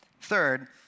Third